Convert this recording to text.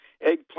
Eggplant